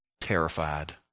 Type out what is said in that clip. terrified